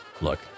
look